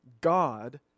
God